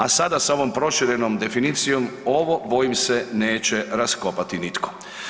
A sada sa ovom proširenom definicijom ovo bojim se neće raskopati nitko.